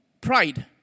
pride